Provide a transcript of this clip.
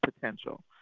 potential